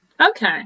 Okay